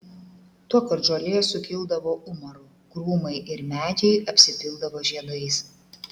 tuokart žolė sukildavo umaru krūmai ir medžiai apsipildavo žiedais